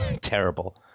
terrible